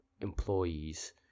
employees